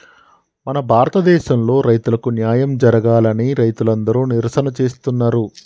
మన భారతదేసంలో రైతులకు న్యాయం జరగాలని రైతులందరు నిరసన చేస్తున్నరు